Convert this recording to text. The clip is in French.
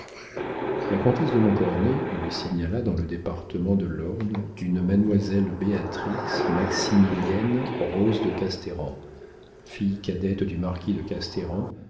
la comtesse de montcornet lui signala dans le département de l'orne une mademoiselle béatrix maximilienne rose de casteran fille cadette du marquis de